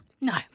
No